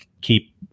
keep